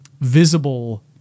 visible